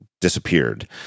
disappeared